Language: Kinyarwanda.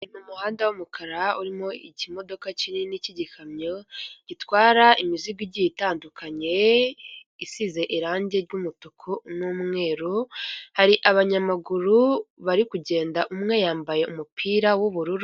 Ni muhanda w'umukara urimo ikimodoka kinini cy'igikamyo gitwara imizigo igiye itandukanye gisize irangi ry'umutuku n'umweru hari abanyamaguru bari kugenda umwe yambaye umupira w'ubururu.